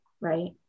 right